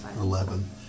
Eleven